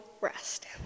rest